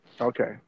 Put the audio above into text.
Okay